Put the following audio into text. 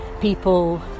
people